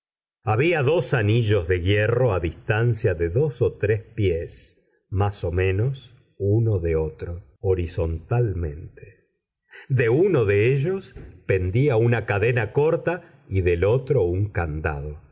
había dos anillos de hierro a distancia de dos o tres pies más o menos uno de otro horizontalmente de uno de ellos pendía una cadena corta y del otro un candado